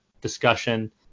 discussion